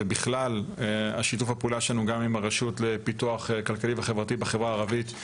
ובכלל שיתוף הפעולה שלנו גם עם הרשות לפיתוח כלכלי וחברתי בחברה הערבית,